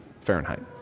Fahrenheit